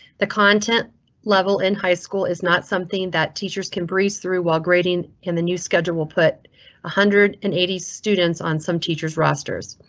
the content level in high school is not something that teachers can breeze through while grading, and the new schedule will put one hundred and eighty students on some teachers rosters.